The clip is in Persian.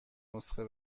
نسخه